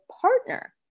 partner